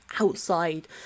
outside